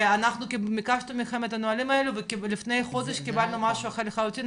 אנחנו ביקשנו מכם את הנהלים האלה ולפני חודש קיבלנו משהו אחר לחלוטין,